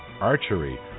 archery